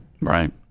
Right